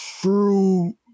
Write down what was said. true